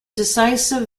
decisive